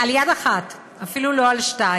על יד אחת, אפילו לא על שתיים.